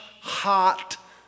hot